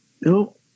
No